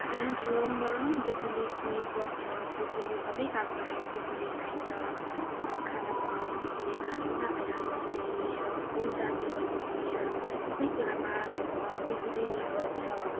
यहाँ जीवनमा बिजुली निर्भर छ बिजुली सबै कामको लागि बिजुली चाहिन्छ खाना बनाउनुदेखि लिएर लुगा आइरन गर्नुदेखि लिएर फोन चार्जिङ गर्नुदेखि लिएर सबै कुरामा बिजुली निर्भर छ